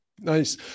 Nice